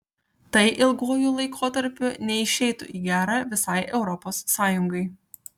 tai ilguoju laikotarpiu neišeitų į gera visai europos sąjungai